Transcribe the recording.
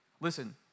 Listen